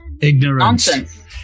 ignorance